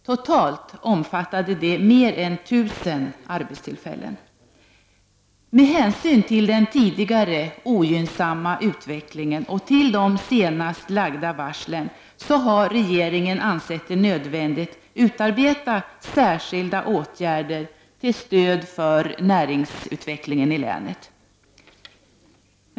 Totalt omfattade det mer än 1 000 arbetstillfällen. Med hänsyn till den tidigare ogynnsamma utvecklingen och till de senast lagda varslen har regeringen ansett det nödvändigt att utarbeta särskilda åtgärder till stöd för näringsutvecklingen i länet.